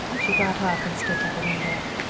she got up and stood by the window.